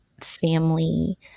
family